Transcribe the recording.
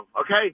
okay